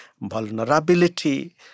vulnerability